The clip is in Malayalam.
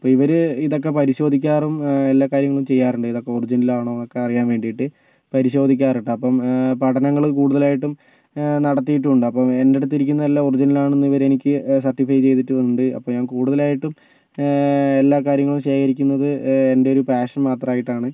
ഇപ്പോൾ ഇവര് ഇതൊക്കെ പരിശോധിക്കാറും എല്ലാ കാര്യങ്ങളും ചെയ്യാറുണ്ട് ഇതൊക്കെ ഒറിജിനലാണോ എന്നൊക്കെ അറിയാൻ വേണ്ടിയിട്ട് പരിശോധിക്കാറുണ്ട് അപ്പം പഠനങ്ങള് കൂടുതലായിട്ടും നടത്തിയിട്ടുണ്ട് അപ്പം എൻ്റെടുത്ത് ഇരിക്കുന്നതെല്ലാം ഒറിജിനലാണെന്ന് ഇവരെനിക്ക് സെർട്ടിഫൈ ചെയ്തിട്ടുണ്ട് അപ്പോൾ ഞാൻ കൂടുതലായിട്ടും എല്ലാ കാര്യങ്ങളും ശേഖരിക്കുന്നത് എൻ്റെയൊരു പാഷൻ മാത്രമായിട്ടാണ്